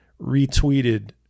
retweeted